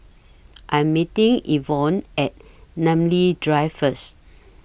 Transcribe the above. I'm meeting Evonne At Namly Drive First